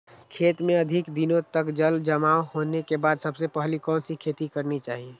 खेत में अधिक दिनों तक जल जमाओ होने के बाद सबसे पहली कौन सी खेती करनी चाहिए?